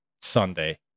Sunday